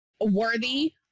worthy